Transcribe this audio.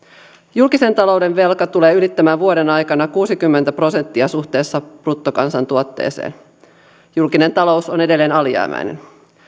julkisen talouden velka tulee ylittämään vuoden aikana kuusikymmentä prosenttia suhteessa bruttokansantuotteeseen julkinen talous on edelleen alijäämäinen